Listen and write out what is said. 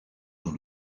dans